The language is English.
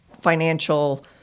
financial